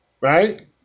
right